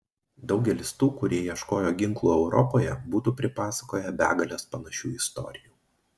daugelis tų kurie ieškojo ginklų europoje būtų pripasakoję begales panašių istorijų